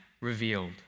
revealed